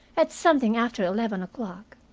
at something after eleven o'clock.